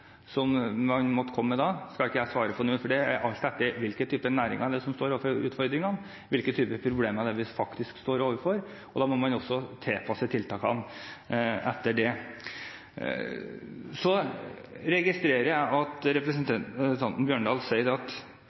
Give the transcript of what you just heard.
man måtte komme med da, skal ikke jeg svare på nå, for det er alt etter hvilke typer næringer som står overfor utfordringer, hvilke typer problemer det er vi faktisk står overfor, og da må man også tilpasse tiltakene etter det. Så registrerer jeg at representanten Holen Bjørdal sier at flere midlertidige stillinger ikke gjør at